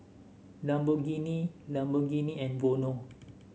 Lamborghini Lamborghini and Vono